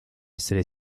essere